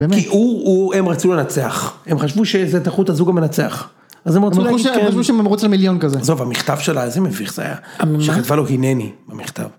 באמת, כי הוא הוא הם רצו לנצח הם חשבו שזה תחרות הזוג המנצח. אז הם רוצים, הם חשבו שהם במירוץ למיליון כזה, טוב המכתב שלה איזה מביך זה היה, המה? שכתבה לו: הנני, במכתב.